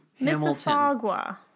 Mississauga